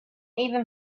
even